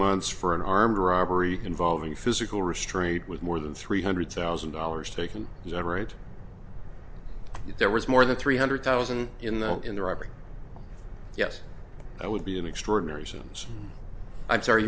months for an armed robbery involving physical restraint with more than three hundred thousand dollars taken right there was more than three hundred thousand in the in the robbery yes i would be an extraordinary scenes i'm sorry